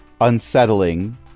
unsettling